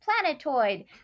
planetoid